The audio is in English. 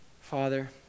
Father